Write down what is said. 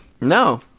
No